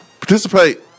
participate